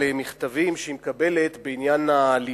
דיברה חברת הכנסת חוטובלי על מכתבים שהיא מקבלת בעניין הליבה.